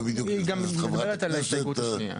ובדיוק נכנסת חברת הכנסת --- היא מדברת גם על ההסתייגות השנייה.